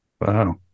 Wow